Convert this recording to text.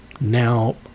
Now